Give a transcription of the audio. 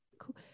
cool